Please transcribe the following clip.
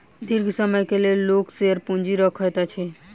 दीर्घ समय के लेल लोक शेयर पूंजी रखैत अछि